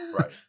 Right